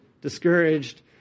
discouraged